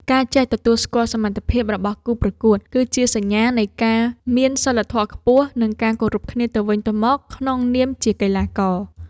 ការចេះទទួលស្គាល់សមត្ថភាពរបស់គូប្រកួត គឺជាសញ្ញានៃការមានសីលធម៌ខ្ពស់ និងការគោរពគ្នាទៅវិញទៅមកក្នុងនាមជាកីឡាករ។